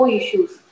issues